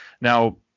Now